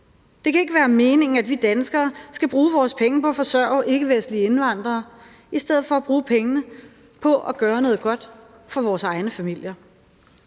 Det kan ikke være meningen, at vi danskere skal bruge vores penge på at forsørge ikkevestlige indvandrere i stedet for at bruge pengene på at gøre noget godt for vores egne familier.